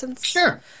Sure